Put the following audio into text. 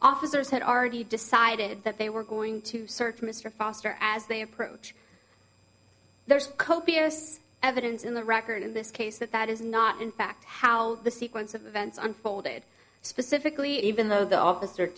officers had already decided that they were going to search mr foster as they approach there's copious evidence in the record in this case that that is not in fact how the sequence of events unfolded specifically even though the officer